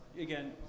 again